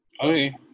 okay